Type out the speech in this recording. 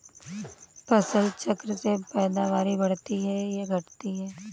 फसल चक्र से पैदावारी बढ़ती है या घटती है?